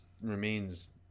remains